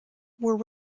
were